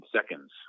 seconds